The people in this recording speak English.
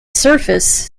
surface